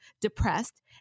depressed